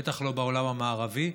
בטח לא בעולם המערבי,